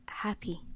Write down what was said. happy